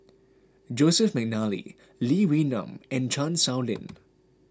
Joseph McNally Lee Wee Nam and Chan Sow Lin